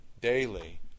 daily